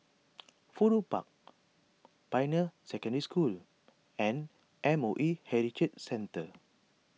Fudu Park Pioneer Secondary School and M O E Heritage Centre